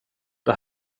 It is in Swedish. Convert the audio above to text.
det